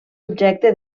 objecte